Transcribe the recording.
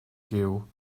gyw